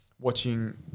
watching